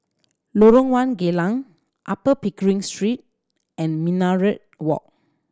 Lorong One Geylang Upper Pickering Street and Minaret Walk